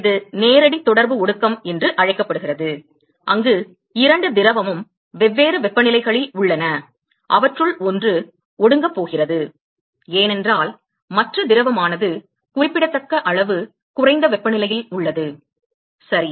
எனவே இது நேரடி தொடர்பு ஒடுக்கம் என்று அழைக்கப்படுகிறது அங்கு இரண்டு திரவமும் வெவ்வேறு வெப்பநிலைகளில் உள்ளன அவற்றுள் ஒன்று ஒடுங்கப் போகிறது ஏனென்றால் மற்ற திரவமானது குறிப்பிடத்தக்க அளவு குறைந்த வெப்பநிலையில் உள்ளது சரி